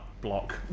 block